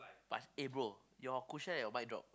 plus eh bro your cushion at your mic drop